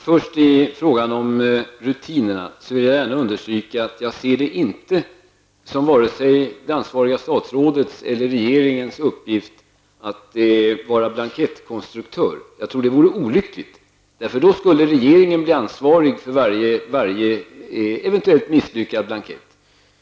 Herr talman! När det gäller rutinerna vill jag understryka att jag inte ser det som vare sig det ansvariga statsrådets eller regeringens uppgift att vara blankettkonstruktör. Jag tror att det vore olyckligt. Då skulle regeringen bli ansvarig för varje eventuellt misslyckad blankett.